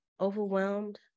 overwhelmed